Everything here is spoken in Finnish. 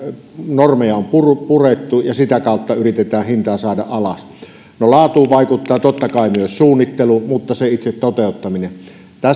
normeja on purettu ja sitä kautta yritetään hintaa saada alas no laatuun vaikuttaa totta kai paitsi suunnittelu myös se itse toteuttaminen